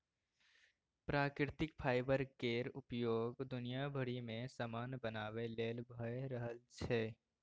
प्राकृतिक फाईबर केर उपयोग दुनिया भरि मे समान बनाबे लेल भए रहल छै